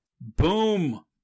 Boom